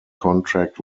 contract